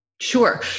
Sure